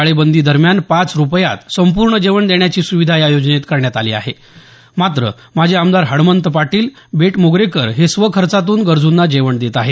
टाळेबंदी दरम्यान पाच रुपयात संपूर्ण जेवण देण्याची सुविधा या योजनेत करण्यात आली आहे मात्र माजी आमदार हणमंत पाटील बेटमोगरेकर हे स्वखर्चातून गरजूंना जेवण देत आहेत